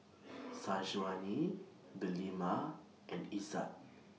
Syazwani Delima and Izzat